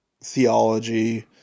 theology